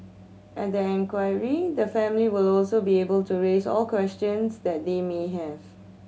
at the inquiry the family will also be able to raise all questions that they may have